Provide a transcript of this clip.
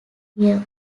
year